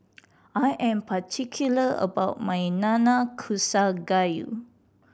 I am particular about my Nanakusa Gayu